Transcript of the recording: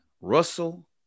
Russell